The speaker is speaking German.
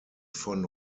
von